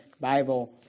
Bible